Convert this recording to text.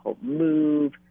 move